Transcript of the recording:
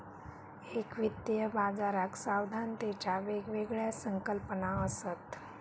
एका वित्तीय बाजाराक सावधानतेच्या वेगवेगळ्या संकल्पना असत